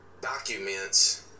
documents